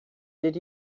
did